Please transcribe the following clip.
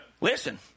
Listen